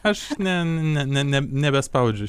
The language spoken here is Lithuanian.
aš ne ne ne ne nebe spaudžiu